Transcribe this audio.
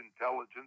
intelligence